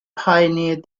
pioneered